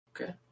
okay